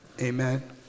Amen